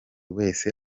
wese